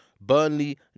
Burnley